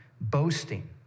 boasting